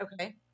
okay